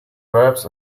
verbs